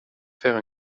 faire